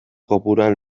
kopuruan